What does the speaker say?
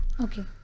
Okay